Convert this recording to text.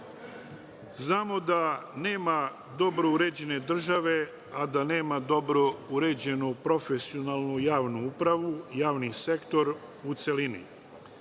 da nema dobro uređene države, a da nema dobro uređenu, profesionalnu javnu upravu, javni sektor u celini.